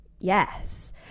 yes